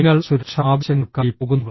നിങ്ങൾ സുരക്ഷാ ആവശ്യങ്ങൾക്കായി പോകുന്നു